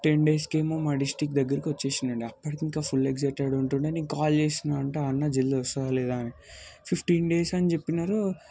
ten డేస్కేమో మా district దగ్గరకు వచ్చేసిందంట అప్పుడు ఇంకా ఫుల్ ఎగ్జైటెడ్ ఉంటుండే నేను కాల్ చేస్తూనే ఉంటా ఆ అన్న జల్దీ వస్తున్నాడా లేడా అని ఫిఫ్టీన్ డేస్ అని చెప్పినరు